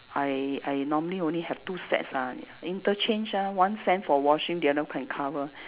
I I normally only have two sets ah interchange ah one set for washing the other one can cover